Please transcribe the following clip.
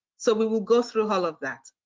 so we will go through all of that.